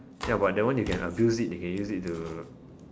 ya but that one you can abuse it they can use it to